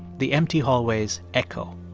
the empty hallways echo.